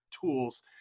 tools